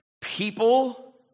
People